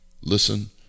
listen